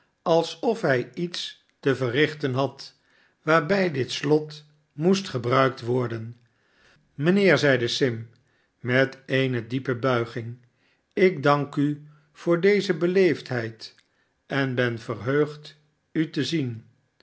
alsof hij iets te verrichten had waarbij dit slot moest gebruikt worden mijnheer zeide sim met eene diepe buiging ik dank u voor deze beleefdheid en ben verheugd u te zien